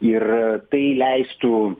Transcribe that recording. ir tai leistų